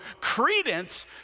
credence